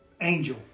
angel